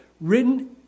written